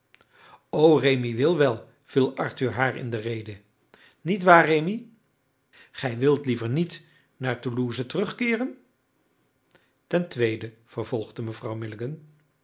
rémi wil wel viel arthur haar in de rede niet waar rémi gij wilt liever niet naar toulouse terugkeeren ten tweede vervolgde mevrouw